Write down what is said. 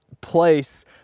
place